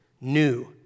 new